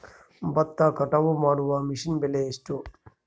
ಭತ್ತ ಕಟಾವು ಮಾಡುವ ಮಿಷನ್ ಬೆಲೆ ಎಷ್ಟು?